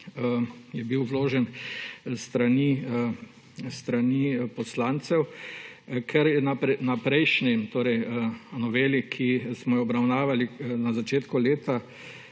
je bil vložen s strani poslancev. Ker se je pri prejšnji noveli, ki smo jo obravnavali na začetku leta,